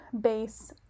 base